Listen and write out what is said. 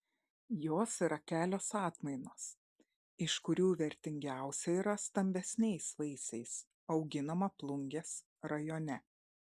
jos yra kelios atmainos iš kurių vertingiausia yra stambesniais vaisiais auginama plungės rajone